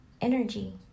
energy